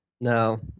No